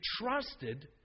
trusted